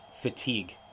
fatigue